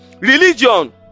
Religion